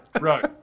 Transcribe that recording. Right